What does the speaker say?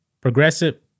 progressive